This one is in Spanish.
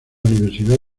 universidad